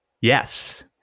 Yes